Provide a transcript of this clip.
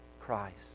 Christ